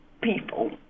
people